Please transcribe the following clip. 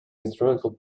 instrumental